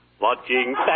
Watching